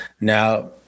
Now